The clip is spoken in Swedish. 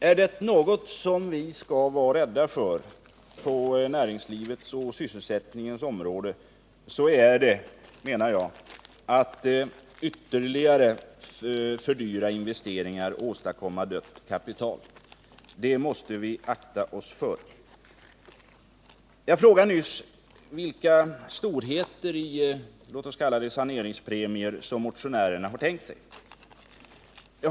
Är det något som vi skall vara rädda för på näringslivets och sysselsättningens område så är det, menar jag, att ytterligare fördyra investeringar och åstadkomma dött kapital. Det måste vi akta oss för. Jag frågade nyss vilka storheter i låt oss kalla det saneringspremier som motionärerna har tänkt sig.